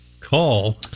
call